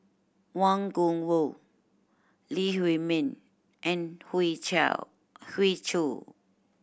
Wang Gungwu Lee Huei Min and Hoey Choo